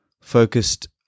focused